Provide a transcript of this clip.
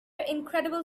incredible